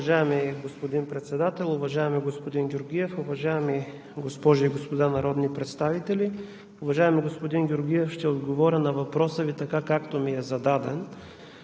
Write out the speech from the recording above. Уважаеми господин Председател, уважаеми господин Георгиев, уважаеми госпожи и господа народни представители! Уважаеми господин Георгиев, ще отговоря на въпроса Ви така, както ми е зададен.